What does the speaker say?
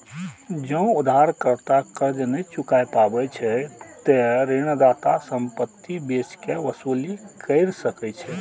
जौं उधारकर्ता कर्ज नै चुकाय पाबै छै, ते ऋणदाता संपत्ति बेच कें वसूली कैर सकै छै